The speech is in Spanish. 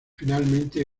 finalmente